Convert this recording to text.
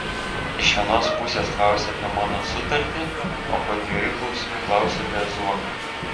iš vienos pusės klausi apie mano sutartį o po dviejų klausimų klausi apie zuoką